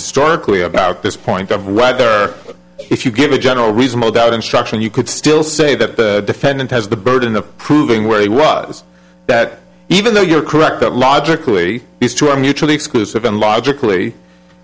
historically about this point of right there if you give a general reasonable doubt instruction you could still say that the defendant has the burden of proving where he was that even though you're correct that logically these two are mutually exclusive and logically